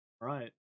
Right